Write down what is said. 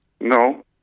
No